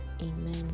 Amen